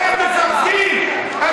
אתם מפחדים.